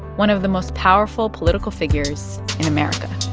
one of the most powerful political figures in america?